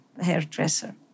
hairdresser